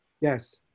Yes